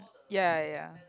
ya ya